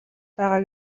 байгаа